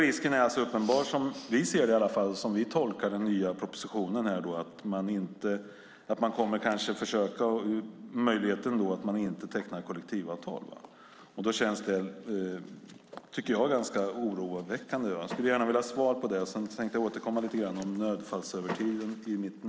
Risken är uppenbar, som vi ser det och som vi tolkar den nya propositionen, att man kanske kommer att försöka utnyttja möjligheten att inte teckna kollektivavtal. Det är ganska oroväckande. Jag vill gärna ha svar på det. I mitt nästa inlägg tänkte jag återkomma lite till nödfallsövertiden.